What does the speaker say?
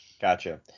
Gotcha